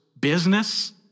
business